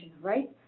right